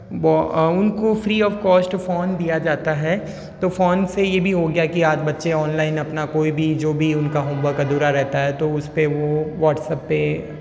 बौ उनको free of cost phone दिया जाता है तो फ़ोन से ये भी हो गया की आज बच्चे ऑनलाइन अपना कोई भी जो भी उनका होमवर्क अधूरा रहता है तो उस पे वो व्हाट्सऐप पे